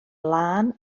lân